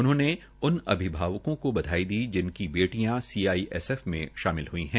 उन्होंने उन अभिभावकों को बधाई दी जिनकी बेटिया सीआईएसएफ में शामिल है